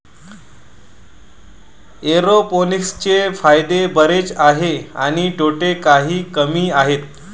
एरोपोनिक्सचे फायदे बरेच आहेत आणि तोटे काही कमी आहेत